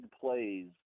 plays